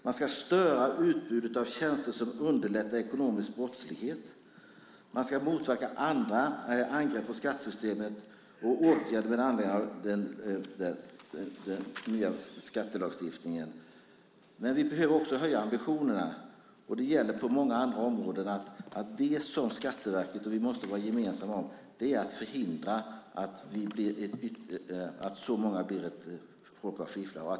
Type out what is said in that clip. Man ska störa utbudet av tjänster som underlättar ekonomisk brottslighet, och man ska motverka alla angrepp på skattesystemet och åtgärder med anledning av den nya skattelagstiftningen. Men vi behöver också höja ambitionerna. Skatteverket och vi alla måste vara överens i att försöka förhindra att så många blir fifflare.